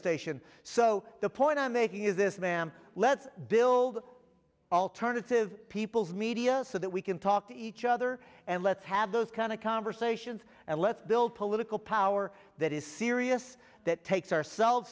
station so the point i'm making is this ma'am let's build alternative people's media so that we can talk to each other and let's have those kind of conversations and let's build political power that is serious that takes ourselves